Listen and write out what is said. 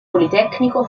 politecnico